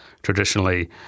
Traditionally